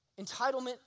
Entitlement